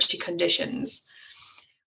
conditions